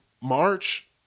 March